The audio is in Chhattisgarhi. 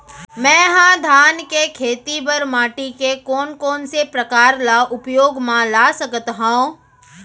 मै ह धान के खेती बर माटी के कोन कोन से प्रकार ला उपयोग मा ला सकत हव?